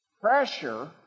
pressure